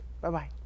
Bye-bye